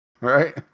right